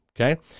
Okay